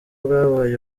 bwabaye